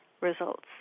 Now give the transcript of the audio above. results